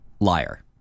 Liar